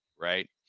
Right